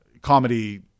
comedy